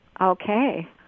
Okay